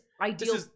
ideal